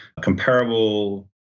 comparable